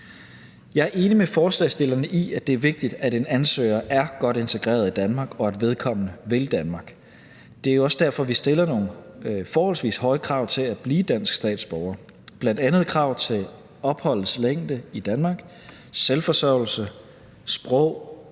Jeg er enig med forslagsstillerne i, at det er vigtigt, at en ansøger er godt integreret i Danmark, og at vedkommende vil Danmark. Det er jo også derfor, vi stiller nogle forholdsvis høje krav til at blive dansk statsborger, bl.a. et krav til opholdets længde i Danmark, selvforsørgelse, sprog,